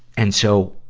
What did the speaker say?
and so,